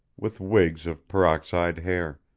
with wigs of peroxide hair.